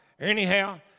Anyhow